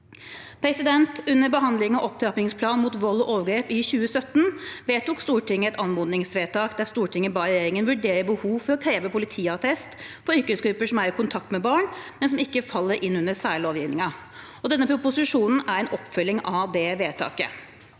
Under behandlingen av opptrappingsplanen mot vold og overgrep i 2017 vedtok Stortinget et anmodningsvedtak der Stortinget ba regjeringen vurdere behovet for å kreve politiattest for yrkesgrupper som er i kontakt med barn, men som ikke faller inn under særlovgivningen. Denne proposisjonen er en oppfølging av det vedtaket.